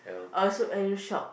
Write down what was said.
I also very shocked